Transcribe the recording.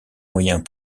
moyens